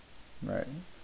right